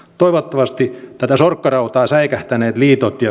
toivottavasti tätä sorkkarautaa säikähtäneet liitot ja